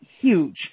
huge